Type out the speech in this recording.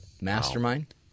Mastermind